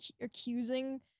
accusing